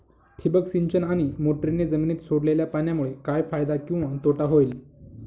ठिबक सिंचन आणि मोटरीने जमिनीत सोडलेल्या पाण्यामुळे काय फायदा किंवा तोटा होईल?